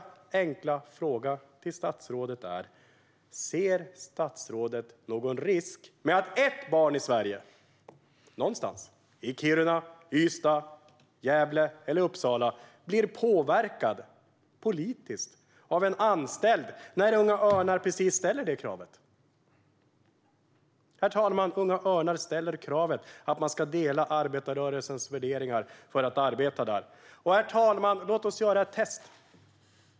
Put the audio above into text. Min enkla fråga till statsrådet är: Ser statsrådet någon risk med att ett barn någonstans i Sverige - i Kiruna, Ystad, Gävle eller Uppsala - blir påverkat politiskt av en anställd när Unga Örnar ställer kravet att man ska dela arbetarrörelsens värderingar för att arbeta där? Herr talman! Låt oss göra ett test.